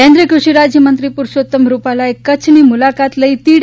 કેન્દ્રિય કૃષિ રાજ્યમંત્રી પરસોત્તમ રૂપાલાએ કચ્છની મુલાકાત લઇ તીડ